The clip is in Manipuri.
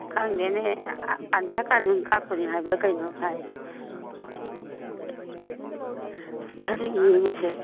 ꯈꯪꯗꯦꯅꯦ ꯑꯙꯥꯔ ꯀꯥꯔꯠ ꯅꯨꯡ ꯀꯥꯞꯀꯅꯤ ꯍꯥꯏꯕ꯭ꯔꯥ ꯀꯩꯅꯣꯝ ꯍꯥꯏ ꯑꯗꯨ ꯌꯦꯡꯉꯨꯁꯦ